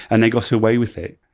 and they got away with it.